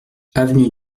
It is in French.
avenue